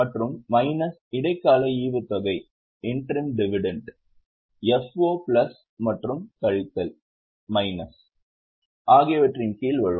மற்றும் மைனஸ் இடைக்கால ஈவுத்தொகை FO பிளஸ் மற்றும் கழித்தல்ஆகியவற்றின் கீழ் வரும்